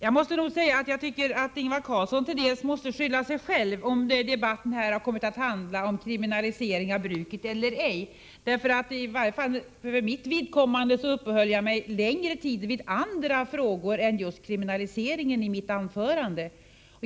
Herr talman! Jag tycker nog att Ingvar Carlsson till dels måste skylla sig själv, om debatten här har kommit att handla om kriminalisering av bruket eller ej. För mitt vidkommande uppehöll jag mig längre tid vid andra frågor än just kriminaliseringen.